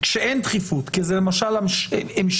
כשאין דחיפות, כי זה למשל המשך.